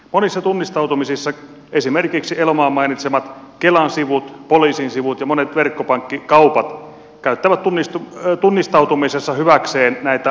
monissa tunnistautumisissa käytetään esimerkiksi elomaan mainitsemat kelan sivut poliisin sivut ja monet verkkokaupat käyttävät hyväksi näitä verkkopankkitunnuksia